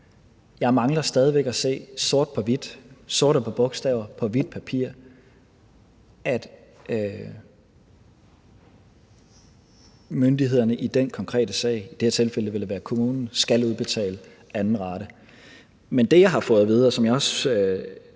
Jeg mangler stadig væk at se sort på hvidt – sorte bogstaver på hvidt papir – at myndighederne i den konkrete sag, og i det her tilfælde vil det være kommunen, skal udbetale anden rate. Men det, jeg har fået at vide, hvilket jeg også